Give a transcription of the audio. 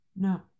No